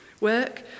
Work